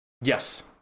Yes